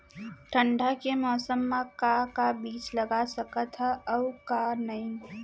ठंडा के मौसम मा का का बीज लगा सकत हन अऊ का नही?